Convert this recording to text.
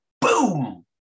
boom